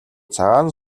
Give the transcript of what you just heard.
цагаан